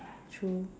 true